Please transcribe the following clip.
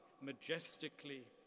majestically